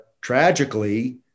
tragically